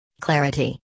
Clarity